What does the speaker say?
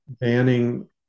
Banning